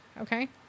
Okay